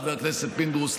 חבר הכנסת פינדרוס,